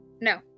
No